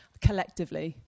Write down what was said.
collectively